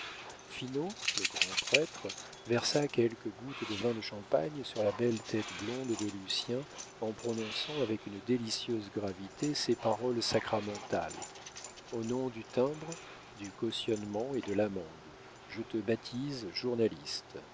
finot le grand-prêtre versa quelques gouttes de vin de champagne sur la belle tête blonde de lucien en prononçant avec une délicieuse gravité ces paroles sacramentales au nom du timbre du cautionnement et de l'amende je le baptise journaliste